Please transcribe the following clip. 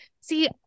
See